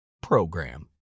PROGRAM